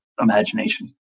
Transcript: imagination